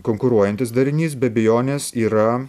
konkuruojantis darinys be abejonės yra